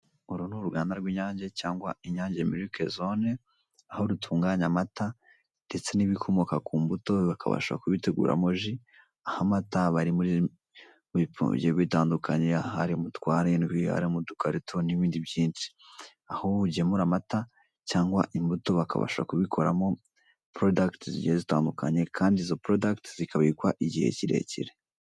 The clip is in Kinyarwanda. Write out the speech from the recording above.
Uru ni uruganda rw'inyange cyangwa inyange Milk zone aho rutunganya amata ndetse n'ibikomoka ku mbuto bakabasha kubiteguramo umutobe (jus) aho amata aba ari mu bipfundikiye bitandukanye ahari mu tw'arindwi, ahari mu dukarito nibindi byinshi. Aho ugemura amata cyangwa imbuto bakabasha kubikuramo umusaruro (products) ugiye utandukanye Kandi iyo mi ikabikwa igihe kigiye gitandukanye.